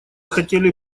хотели